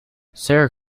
sarah